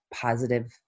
positive